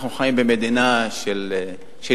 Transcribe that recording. אבל אם אנחנו חיים במדינה של ייצוג,